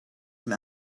from